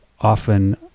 often